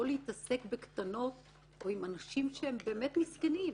להתעסק בקטנות או עם אנשים שהם באמת מסכנים.